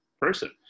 person